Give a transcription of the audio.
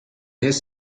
his